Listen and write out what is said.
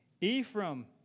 Ephraim